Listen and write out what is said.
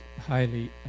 highly